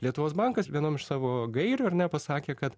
lietuvos bankas vienam iš savo gairių ar ne nepasakė kad